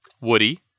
Woody